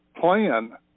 plan